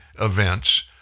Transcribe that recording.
events